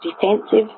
Defensive